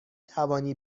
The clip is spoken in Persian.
توانی